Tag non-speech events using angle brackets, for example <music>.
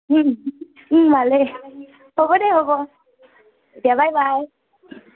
<unintelligible> ভালে হ'ব দে হ'ব এতিয়া বাই বাই